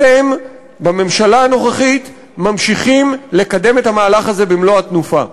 אתם בממשלה הנוכחית ממשיכים לקדם את המהלך הזה במלוא התנופה.